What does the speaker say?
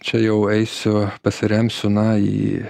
čia jau eisiu pasiremsiu na į